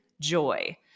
Joy